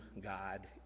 God